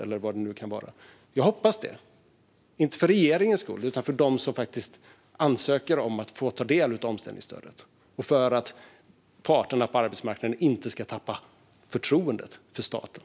Jag hoppas att det blir så, men inte för regeringens skull utan för dem som ansöker om att få ta del av omställningsstödet och för att parterna på arbetsmarknaden inte ska tappa förtroendet för staten.